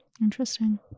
Interesting